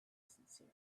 sincere